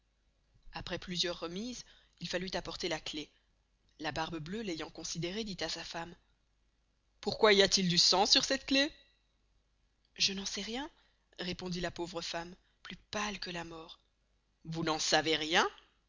après plusieurs remises il falut apporter la clef la barbe bleuë l'ayant considerée dit à sa femme pourquoy y a-t-il du sang sur cette clef je n'en sçais rien répondit la pauvre femme plus pasle que la mort vous n'en sçavez rien